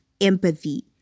empathy